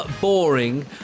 boring